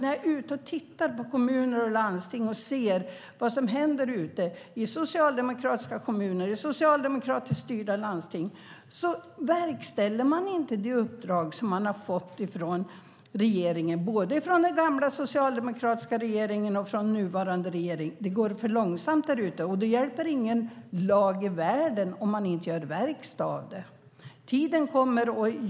När jag är ute och tittar på vad som händer i socialdemokratiskt styrda kommuner och landsting ser jag att man inte verkställer det uppdrag man har fått från regeringen. Det gäller både från den gamla socialdemokratiska regeringen och från den nuvarande regeringen. Det går för långsamt. Ingen lag i världen hjälper om man inte gör verkstad. Den tiden kommer.